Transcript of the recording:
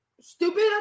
stupid